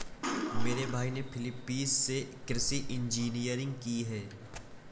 मेरे भाई ने फिलीपींस से कृषि इंजीनियरिंग की है